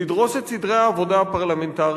לדרוס את סדרי העבודה הפרלמנטריים,